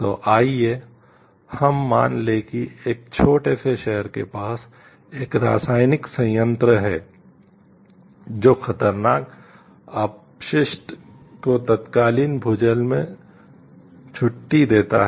तो आइए हम मान लें कि एक छोटे से शहर के पास एक रासायनिक संयंत्र है जो खतरनाक अपशिष्ट को तत्कालीन भूजल में छुट्टी देता है